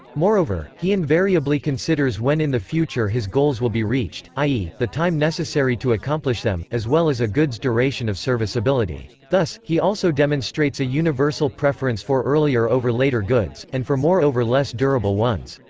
moreover, he invariably considers when in the future his goals will be reached, i e, the time necessary to accomplish them, as well as a good's duration of serviceability. thus, he also demonstrates a universal preference for earlier over later goods, and for more over less durable ones.